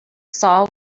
saul